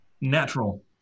Natural